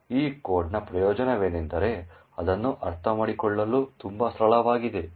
ಈ ಕೋಡ್ನ ಪ್ರಯೋಜನವೆಂದರೆ ಅದನ್ನು ಅರ್ಥಮಾಡಿಕೊಳ್ಳಲು ತುಂಬಾ ಸರಳವಾಗಿದೆ